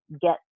get